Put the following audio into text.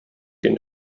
den